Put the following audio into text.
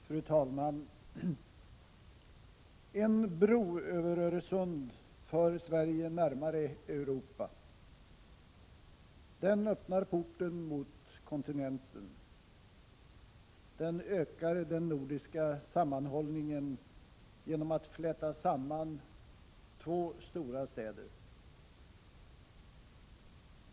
Fru talman! En bro över Öresund för Sverige närmare Europa. Den öppnar porten mot kontinenten, och den ökar den nordiska sammanhållningen genom att fläta samman två stora städer.